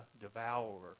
devourer